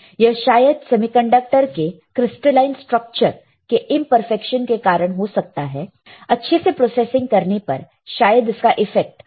यह शायद सेमीकंडक्टर के क्रिस्टलाइन स्ट्रक्चर के इंपरफेक्शन के कारण हो सकता है अच्छे से प्रोसेसिंग करने पर शायद इसका इफेक्ट हम कम कर सकते हैं